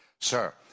Sir